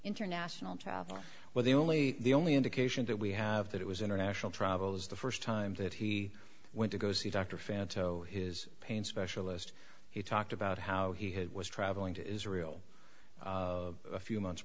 international travel where the only the only indication that we have that it was international travel is the first time that he went to go see dr fan so his pain specialist he talked about how he had was traveling to israel a few months